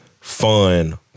fun